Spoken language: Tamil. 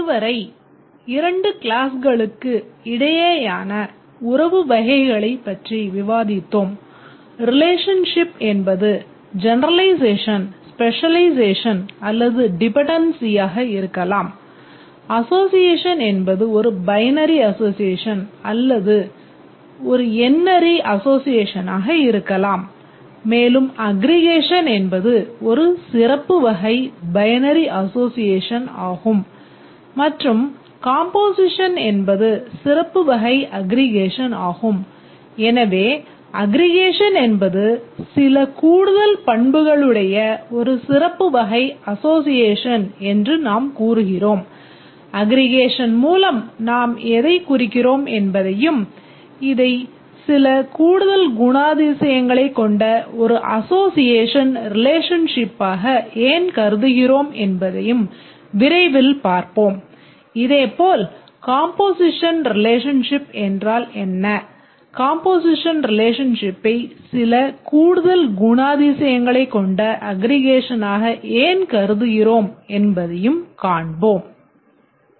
இதுவரை இரண்டு கிளாஸ்களுக்கு ரிலேஷன்ஷிப்பை சில கூடுதல் குணாதிசயங்களைக் கொண்ட அக்ரிகேஷனாக ஏன் கருதுகிறோம் என்பதையும் காண்போம்